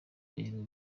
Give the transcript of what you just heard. imibereho